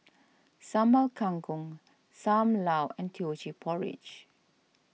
Sambal Kangkong Sam Lau and Teochew Porridge